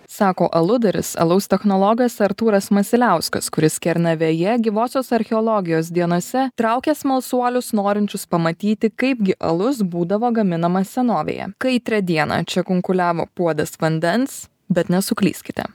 sako aludaris alaus technologas artūras masiliauskas kuris kernavėje gyvosios archeologijos dienose traukia smalsuolius norinčius pamatyti kaipgi alus būdavo gaminamas senovėje kaitrią dieną čia kunkuliavo puodas vandens bet nesuklyskite